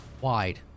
wide